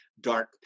dark